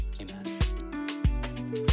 amen